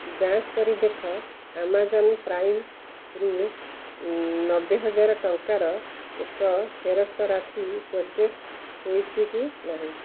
ଯାଞ୍ଚ୍ କରି ଦେଖ ଆମାଜନ୍ ପ୍ରାଇମ୍ରୁ ନବେହଜାର ଟଙ୍କାର ଏକ ଫେରସ୍ତ ରାଶି ପ୍ରୋସେସ୍ ହୋଇଛି କି ନାହିଁ